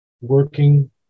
working